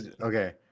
okay